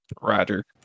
Roger